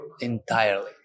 entirely